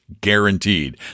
guaranteed